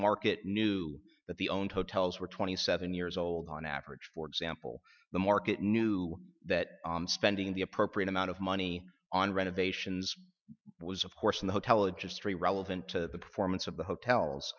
market knew that the owned hotels were twenty seven years old on average for example the market knew that spending the appropriate amount of money on renovations was of course in the hotel a just really relevant to the performance of the hotels